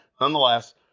nonetheless